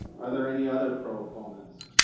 are there any other proponents?